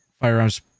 firearms